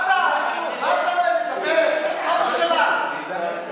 גועל נפש.